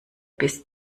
bis